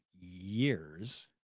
years